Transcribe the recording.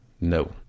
No